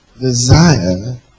desire